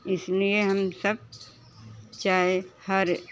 इसलिए हम सब चाय हर